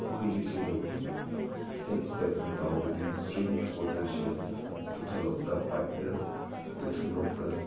ꯑꯩꯈꯣꯏꯒꯤꯁꯦ ꯏꯁꯇꯦꯞ ꯏꯁꯇꯦꯞꯅ ꯇꯧꯕꯅꯤ ꯏꯁꯇ꯭ꯔꯤꯝ ꯋꯥꯇꯔꯁꯨ ꯄꯨꯊꯣꯛꯂꯒ ꯄꯥꯏꯞꯇ ꯄꯨꯊꯣꯛꯂꯒ